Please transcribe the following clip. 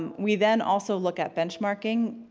um we then also look at benchmarking,